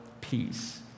peace